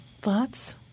Thoughts